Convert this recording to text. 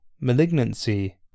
malignancy